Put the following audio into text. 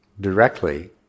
directly